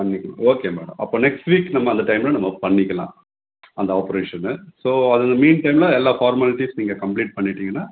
பண்ணிக்கலாம் okay madam அப்போ next week நம்ம அந்த டைம்ல நம்ம பண்ணிக்கலாம் அந்த ஆப்ரேஷனு ஸோ அது மீன் டைம்ல எல்லா ஃபார்மாலிட்டிஸ் நீங்கள் கம்ப்ளீட் பண்ணிட்டிங்கன்னால்